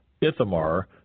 Ithamar